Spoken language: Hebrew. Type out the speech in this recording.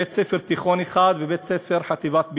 בית-ספר תיכון אחד ובית-ספר לחטיבת ביניים,